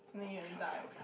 then you will die